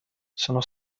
sono